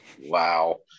wow